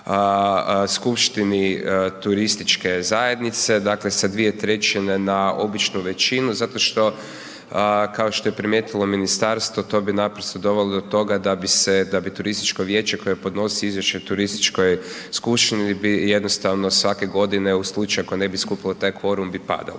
skupštini turističke zajednice. Dakle sa 2/3 na običnu većinu zašto što kao što je primijetilo ministarstvo to bi naprosto dovelo do toga da bi se, da bi turističko vijeće koje podnosi izvješće o turističkoj skupštini bi jednostavno svake godine u slučaju ako ne bi skupili taj kvorum bi padalo